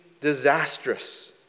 disastrous